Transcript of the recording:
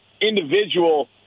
individual